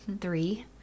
three